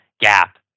gap